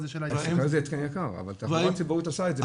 זה התקן יקר, אבל התחבורה הציבורית עושה את זה.